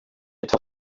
etwa